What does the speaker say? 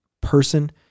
person